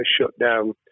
shutdown